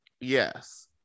Yes